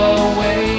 away